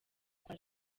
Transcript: kwa